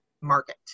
market